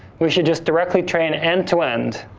we should just directly train end to end,